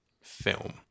film